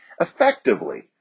effectively